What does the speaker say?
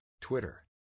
Twitter